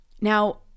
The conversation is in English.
Now